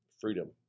freedom